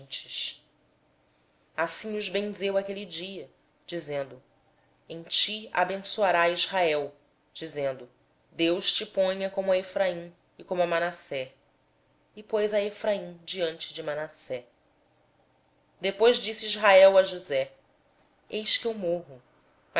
nações assim os abençoou naquele dia dizendo por ti israel abençoará e dirá deus te faça como efraim e como manassés e pôs a efraim diante de manassés depois disse israel a josé eis que eu morro